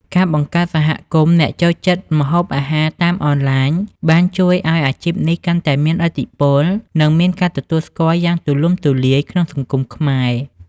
ការបង្កើតសហគមន៍អ្នកចូលចិត្តម្ហូបអាហារតាមអនឡាញ បានជួយឱ្យអាជីពនេះកាន់តែមានឥទ្ធិពល និងមានការទទួលស្គាល់យ៉ាងទូលំទូលាយក្នុងសង្គមខ្មែរ។